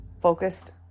Focused